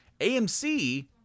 AMC